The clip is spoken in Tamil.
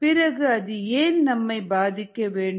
பிறகு அது ஏன் நம்மை பாதிக்க வேண்டும்